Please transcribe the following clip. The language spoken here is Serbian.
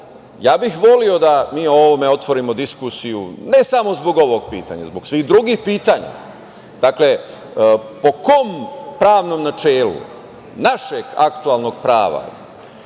ja bih voleo da mi o ovome otvorimo diskusiju ne samo zbog ovog pitanja, zbog svih drugih pitanja. Dakle, po kom pravnom načelu našeg aktuelnog prava,